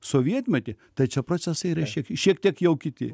sovietmetį tai čia procesai yra šiek šiek tiek jau kiti